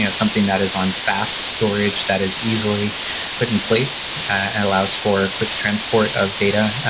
you know something that is on fast storage that is easily put in place and allows for quick transport of data.